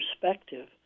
perspective